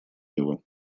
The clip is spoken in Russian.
него